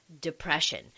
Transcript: depression